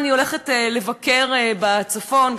אני הולכת לבקר מחר בצפון,